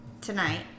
tonight